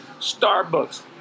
Starbucks